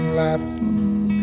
laughing